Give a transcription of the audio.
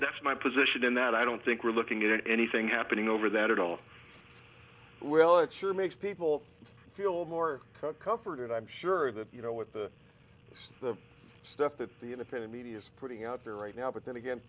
that's my position in that i don't think we're looking at anything happening over that at all well it sure makes people feel more cooperative i'm sure that you know with the stuff that the independent media is putting out there right now but then again